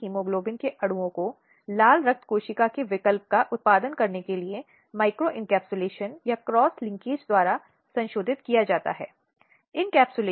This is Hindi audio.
वे सभी हिंसा के बहुत महत्वपूर्ण और गंभीर रूप हैं